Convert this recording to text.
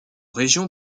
région